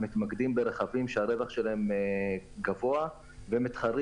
מתמקדים ברכבים שהרווח שלהם גבוה ומתחרים